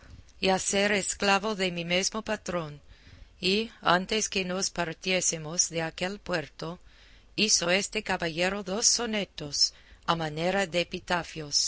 y a ser esclavo de mi mesmo patrón y antes que nos partiésemos de aquel puerto hizo este caballero dos sonetos a manera de